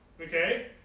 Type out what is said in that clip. okay